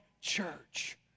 church